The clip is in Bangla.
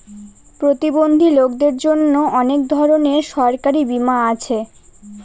প্রতিবন্ধী লোকদের জন্য অনেক ধরনের সরকারি বীমা আছে